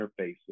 interfaces